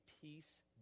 Peace